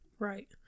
Right